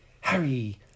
Harry